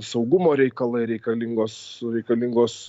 saugumo reikalai reikalingos reikalingos